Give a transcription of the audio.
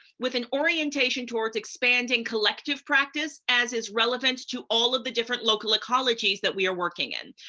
with an orientation towards expanding collective practice as is relevant to all of the different local ecologies that we are working in.